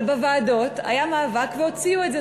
אבל בוועדות היה מאבק והוציאו את זה,